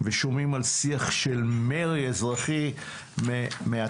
ושומעים על שיח של מרי אזרחי מהתושבים.